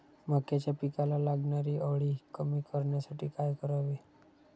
मक्याच्या पिकाला लागणारी अळी कमी करण्यासाठी काय करावे?